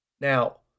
Now